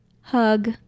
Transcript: hug